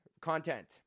content